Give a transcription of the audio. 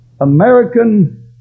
American